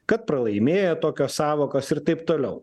kad pralaimėję tokios sąvokos ir taip toliau